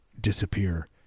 disappear